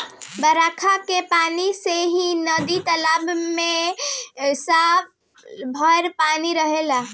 बरखा के पानी से ही नदी तालाब में साल भर पानी रहेला